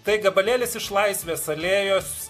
tai gabalėlis iš laisvės alėjos